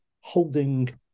holding